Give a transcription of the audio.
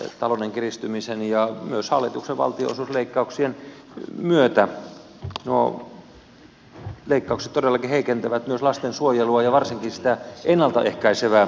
talouden kiristymisen ja myös hallituksen valtionosuusleikkauksien myötä nuo leikkaukset todellakin heikentävät myös lastensuojelua ja varsinkin sitä ennalta ehkäisevää työtä